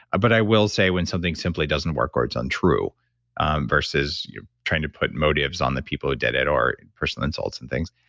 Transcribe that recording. but i will say when something simply doesn't work or it's untrue versus you trying to put motives on the people who did it or personal insults and things.